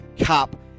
cup